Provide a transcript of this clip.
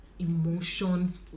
emotions